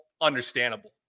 understandable